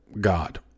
God